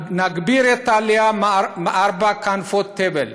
נגביר את העלייה מארבע כנפות תבל.